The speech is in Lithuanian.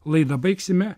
laidą baigsime